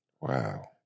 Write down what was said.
Wow